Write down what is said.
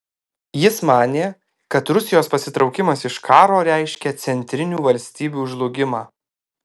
jis manė kad rusijos pasitraukimas iš karo reiškia centrinių valstybių žlugimą